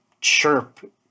chirp